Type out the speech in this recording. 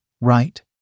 right